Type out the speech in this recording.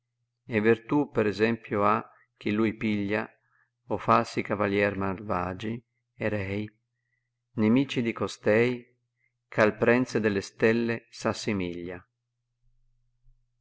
truovi vertù per esempio ha chi lui piglia o falsi cavalier malvagi e rei nemici di costei ch al prenze delle stelle